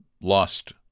lost